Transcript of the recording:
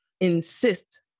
insist